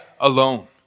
alone